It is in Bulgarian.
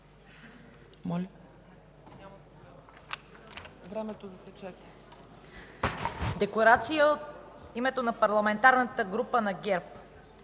Декларация от името на Парламентарната група на ГЕРБ.